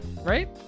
right